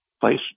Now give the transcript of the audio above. place